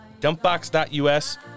Dumpbox.us